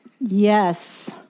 yes